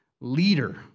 leader